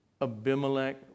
Abimelech